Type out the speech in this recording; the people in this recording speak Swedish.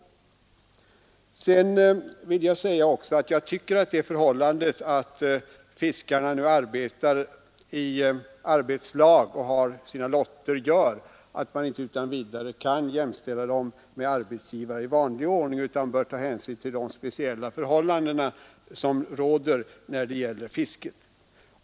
Jag tycker att eftersom fiskarna nu arbetar i arbetslag och har sina lotter kan man inte utan vidare jämställa dem med arbetsgivare i vanlig ordning utan bör ta hänsyn till de speciella förhållanden som råder när det gäller fisket.